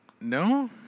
No